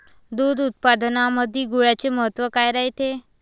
दूध उत्पादनामंदी गुळाचे महत्व काय रायते?